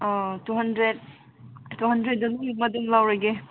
ꯑꯥ two hundred two ꯍꯟꯗ꯭ꯔꯦꯗꯇ ꯂꯣꯏꯅꯃꯛ ꯑꯗꯨꯝ ꯂꯧꯔꯒꯦ